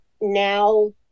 now